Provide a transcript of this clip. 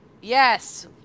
Yes